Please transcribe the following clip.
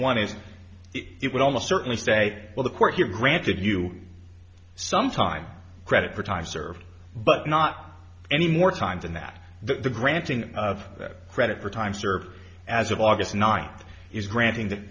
one is it would almost certainly say well the court your granted you some time credit for time served but not any more time than that the granting of credit for time served as of august ninth is granting that